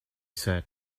said